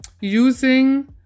using